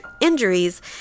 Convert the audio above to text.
injuries